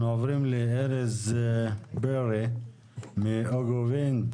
אנחנו עוברים לארז פרי מאוגווינד